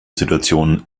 situation